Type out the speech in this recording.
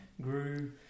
Grew